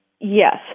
Yes